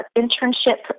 internship